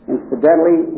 Incidentally